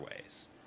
ways